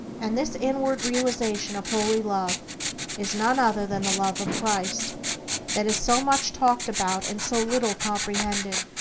and this inward realization of holy love is none other than the love of christ that is so much talked about and so little comprehended.